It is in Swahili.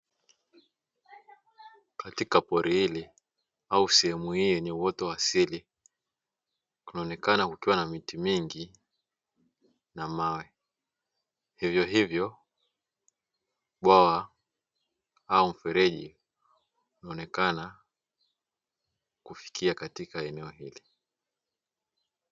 Katika pori hili au sehemu hii ya uoto wa asili kunaonekana kukiwa na miti mingi pamoja na mawe, hivyo hivyo bwawa au mfereji imeonekana kufikia katika eneo hili.